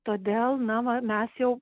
todėl na va mes jau